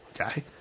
Okay